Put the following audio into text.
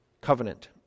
covenant